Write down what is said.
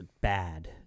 bad